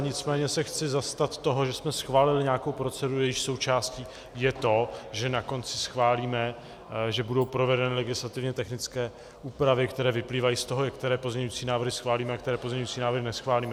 Nicméně se chci zastat toho, že jsme schválili nějakou proceduru, jejíž součástí je to, že na konci schválíme, že budou provedeny legislativně technické úpravy, které vyplývají z toho, které pozměňující návrhy schválíme a které pozměňující návrhy neschválíme.